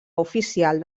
oficial